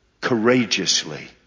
courageously